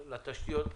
לתשתיות.